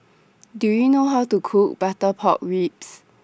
Do YOU know How to Cook Butter Pork Ribs